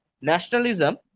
nationalism